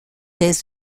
des